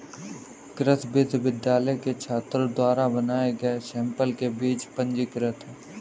कृषि विश्वविद्यालय के छात्रों द्वारा बनाए गए सैंपल के बीज पंजीकृत हैं